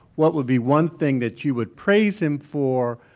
what would be one thing that you would praise him for?